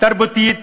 תרבותית,